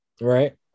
right